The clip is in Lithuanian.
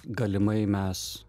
galimai mes